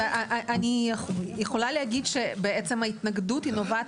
אני יכולה להגיד שבעצם ההתנגדות היא נובעת